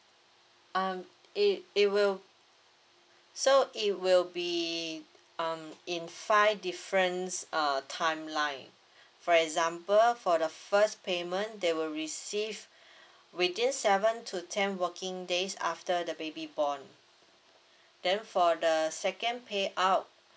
um it it will so it will be um in five different uh timeline for example for the first payment they will receive within seven to ten working days after the baby born then for the second pay out